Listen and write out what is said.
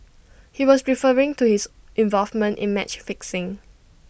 he was referring to his involvement in match fixing